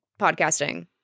podcasting